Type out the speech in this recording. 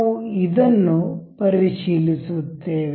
ನಾವು ಇದನ್ನು ಪರಿಶೀಲಿಸುತ್ತೇವೆ